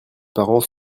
parents